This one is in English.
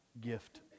gift